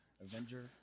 Avenger